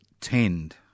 tend